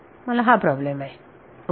मला हा प्रॉब्लेम आहे ओके